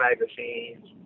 magazines